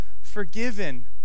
forgiven